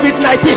COVID-19